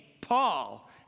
Paul